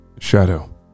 Shadow